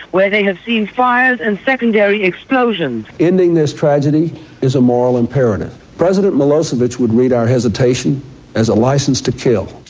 where they have seen fires and secondary explosions. ending this tragedy is a moral imperative. president milosevic would read our hesitation as a licence to kill.